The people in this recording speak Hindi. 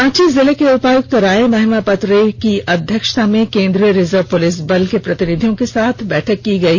रांची जिले के उपायुक्त राय महिमापत रे की अध्यक्षता में केन्द्रीय रिजर्व पूलिस बल के प्रतिनिधियों के साथ बैठक की गई